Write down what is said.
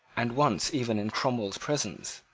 and once even in cromwell's presence,